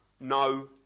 no